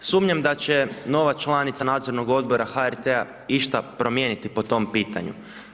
Sumnjam da će nova članica nadzornog odbora HRT-a išta promijeniti po tom pitanju.